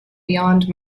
beyond